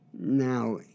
Now